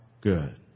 good